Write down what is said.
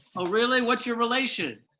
oh, really, what's your relation?